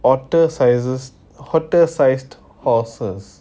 otter sizes hotel sized horses